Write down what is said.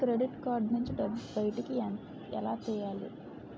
Credit card నుంచి డబ్బు బయటకు ఎలా తెయ్యలి?